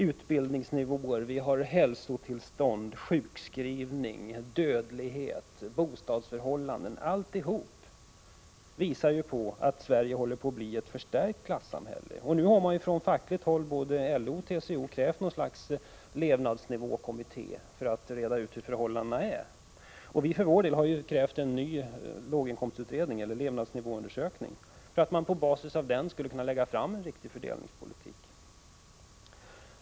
Utbildningsnivåer, hälsotillstånd, sjukskrivning, dödlighet, bostadsförhållanden — allt detta tyder på att Sverige håller på att bli ett förstärkt klassamhälle. Nu har man från fackligt håll — från både LO och TCO — krävt något slags levnadsnivåkommitté för att reda ut hur förhållandena är. Vi har för vår del krävt en ny låginkomstutredning eller levnadsnivåundersökning för att man på basis av den skulle kunna lägga fram förslag till en riktig fördelningspolitik.